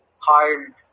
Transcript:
hard